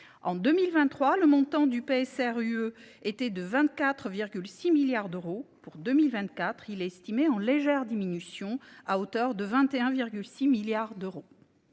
En 2023, le montant du PSR était de 24,6 milliards d’euros. Pour 2024, il est estimé en légère diminution, à hauteur de 21,6 milliards d’euros.